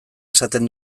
esaten